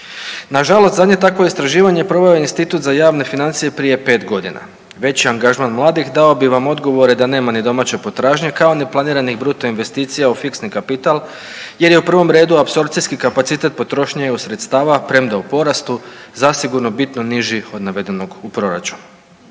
Na žalost zadnje takvo istraživanje proveo je Institut za javne financije prije 5 godina. Veći angažman mladih dao bi vam odgovore da nema ni domaće potražnje, kao ni planiranih bruto investicija u fiksni kapital jer je u prvom redu apsorpcijski kapacitet potrošnje EU sredstava premda u porastu zasigurno bitno niži od navedenog u proračunu.